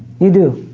you do.